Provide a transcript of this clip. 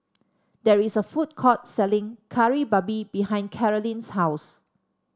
there is a food court selling Kari Babi behind Kailyn's house